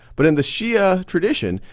but, in the shia tradition,